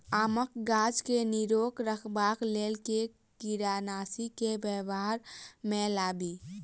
आमक गाछ केँ निरोग रखबाक लेल केँ कीड़ानासी केँ व्यवहार मे लाबी?